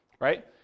right